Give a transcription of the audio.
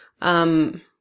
Um-